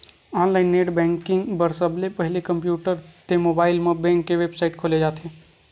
online net banking बर सबले पहिली कम्प्यूटर ते मोबाईल म बेंक के बेबसाइट खोले जाथे